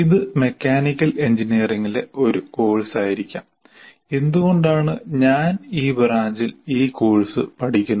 ഇത് മെക്കാനിക്കൽ എഞ്ചിനീയറിംഗിലെ ഒരു കോഴ്സായിരിക്കാം എന്തുകൊണ്ടാണ് ഞാൻ ഈ ബ്രാഞ്ചിൽ ഈ കോഴ്സ് പഠിക്കുന്നത്